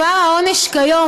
גם העונש כיום,